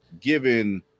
given